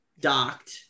docked